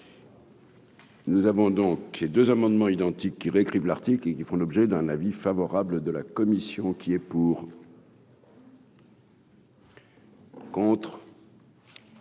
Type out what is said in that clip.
Nous avons donc et 2 amendements identiques qui réécrivent l'Arctique et qui font l'objet d'un avis favorable de la commission qui est pour.